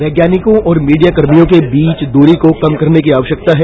वैज्ञानिकों और मीडिया कर्मियों के बीच दूरी को कम करने की आवश्यकता है